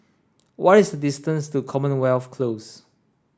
what is the distance to Commonwealth Close